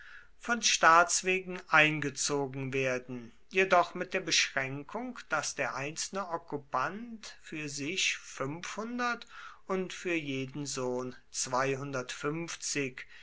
von staats wegen eingezogen werden jedoch mit der beschränkung daß der einzelne okkupant für sich und für jeden sohn